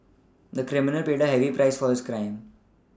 the criminal paid a heavy price for his crime